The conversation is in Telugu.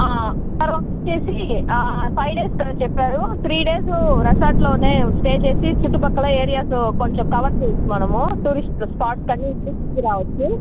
తర్వాత వచ్చేసి ఫైవ్ డేస్ కదా చెప్పారు త్రీ డేస్ రెసార్ట్లోనే స్టే చేసి చుట్టుపక్కల ఏరియాస్ కొంచెం కవర్ చేయొచ్చు మనము టూరిస్ట్ స్పాట్స్ అన్ని తిరిగి రావచ్చు